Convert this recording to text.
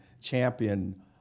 champion